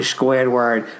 Squidward